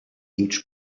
each